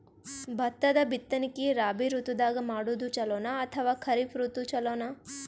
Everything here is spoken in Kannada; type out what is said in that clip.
ಭತ್ತದ ಬಿತ್ತನಕಿ ರಾಬಿ ಋತು ದಾಗ ಮಾಡೋದು ಚಲೋನ ಅಥವಾ ಖರೀಫ್ ಋತು ಚಲೋನ?